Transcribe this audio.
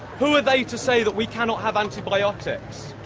who are they to say that we cannot have antibiotics?